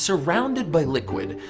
surrounded by liquid.